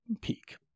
peak